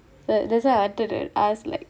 but that's why I wanted to ask like